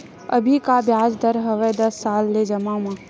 अभी का ब्याज दर हवे दस साल ले जमा मा?